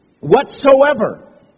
whatsoever